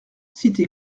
cité